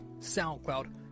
soundcloud